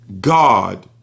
God